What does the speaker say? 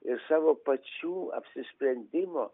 ir savo pačių apsisprendimo